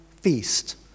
feast